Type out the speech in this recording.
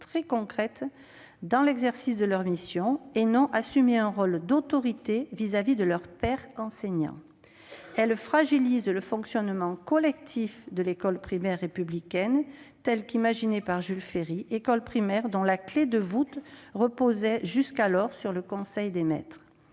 très concrète dans l'exercice de leurs missions, et non assumer un rôle d'autorité auprès de leurs pairs enseignants. Elle fragilise le fonctionnement collectif de l'école primaire républicaine tel qu'il fut imaginé par Jules Ferry, dont la clef de voûte était jusqu'à présent le conseil des maîtres.